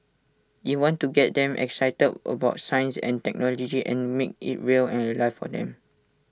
E want to get them excited about science and technology and make IT real and alive for them